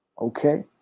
Okay